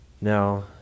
now